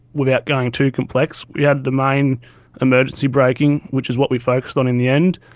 without going too complex. we had the main emergency braking, which is what we focused on in the end.